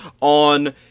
on